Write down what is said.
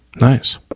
Nice